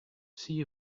see